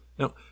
Now